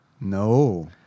No